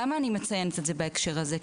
למה אני מציינת את זה בהקשר הזה?